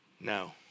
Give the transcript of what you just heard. No